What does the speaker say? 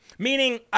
Meaning